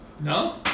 No